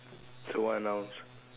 so what are nouns